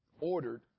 Ordered